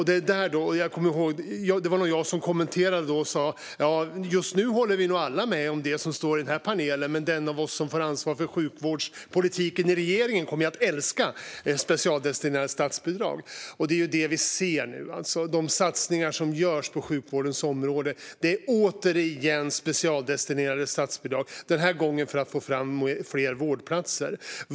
Det var nog jag som kommenterade och sa: Just nu håller nog alla vi som är med i den här panelen om det. Men den av oss som får ansvar för sjukvårdspolitiken i regeringen kommer att älska specialdestinerade statsbidrag. Det är vad vi nu ser. De satsningar som görs på sjukvårdens område är återigen specialdestinerade statsbidrag. Den här gången görs det för att få fram fler vårdplatser.